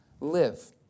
live